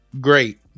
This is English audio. Great